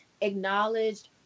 acknowledged